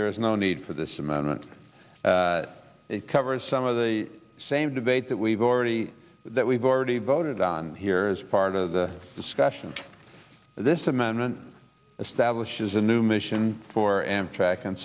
there is no need for this amount it covers some of the same debate that we've already that we've already voted on here as part of the discussion this amendment establishes a new mission for amtrak and